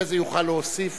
ואחרי זה יוכל להוסיף.